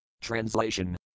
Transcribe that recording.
Translation